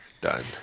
done